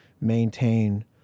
maintain